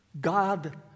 God